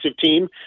team